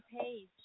page